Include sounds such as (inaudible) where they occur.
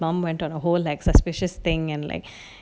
mom went on a whole suspicious thing and like (breath)